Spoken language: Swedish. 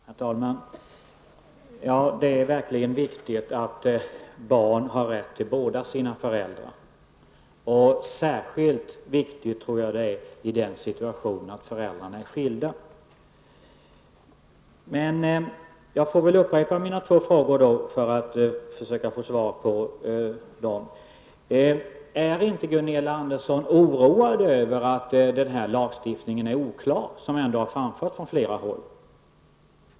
Herr talman! Det är verkligen viktigt att barn har rätt till båda sina föräldrar. Detta är nog särskilt viktigt när föräldrarna är skilda. Jag upprepar mina två frågor för att få svar på dem. Är Gunilla Andersson inte oroad över att den här lagstiftningen är oklar -- något som ändå har framförts från flera håll?